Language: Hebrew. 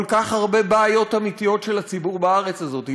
כל כך הרבה בעיות אמיתיות של הציבור בארץ הזאת,